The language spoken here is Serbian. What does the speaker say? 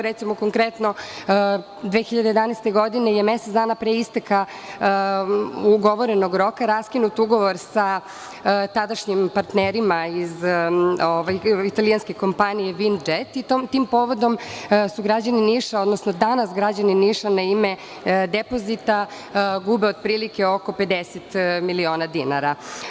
Recimo, konkretno, 2011. godine je mesec dana pre isteka ugovorenog roka raskinut ugovor sa tadašnjim partnerima iz italijanske kompanije „Vind džet“ i tim povodom su građani Niša, odnosno danas građani Niša na ime depozita gube otprilike oko 50 miliona dinara.